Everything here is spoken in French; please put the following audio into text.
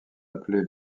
appelés